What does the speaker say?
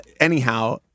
Anyhow